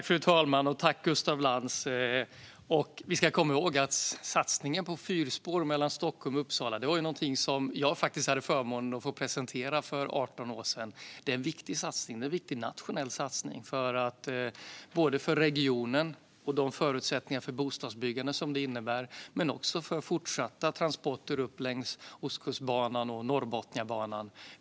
Fru talman! Gustaf Lantz! Jag hade faktiskt förmånen att för 18 år sedan presentera satsningen på fyrspår mellan Stockholm och Uppsala. Det är en viktig satsning. Det är en viktig nationell satsning, men den är också viktig för regionen, för de förutsättningar för bostadsbyggande som det innebär och för fortsatta transporter på Ostkustbanan och Norrbotniabanan.